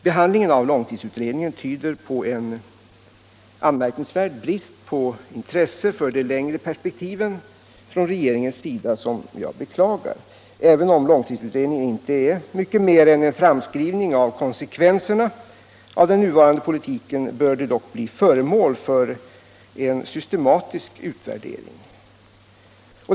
Behandlingen av långtidsutredningen tyder på en anmärkningsvärd brist på intresse för de längre perspektiven från regeringens sida, som jag beklagar. Även om långtidsutredningen inte är mycket mer än en framskridning av konsekvenserna av den nuvarande politiken, bör den dock bli föremål för en systematisk utvärdering.